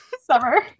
Summer